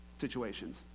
situations